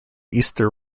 easter